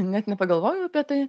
net nepagalvojau apie tai